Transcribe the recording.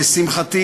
בבקשה,